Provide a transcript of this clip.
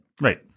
Right